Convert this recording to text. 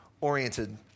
oriented